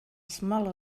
smell